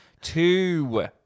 Two